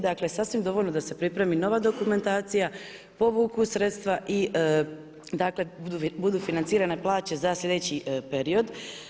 Dakle sasvim dovoljno da se pripremi nova dokumentacija, povuku sredstva i dakle budu financirane plaće za slijedeći period.